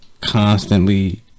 constantly